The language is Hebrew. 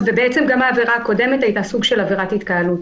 בעצם גם העבירה הקודמת היתה סוג של עבירת התקהלות,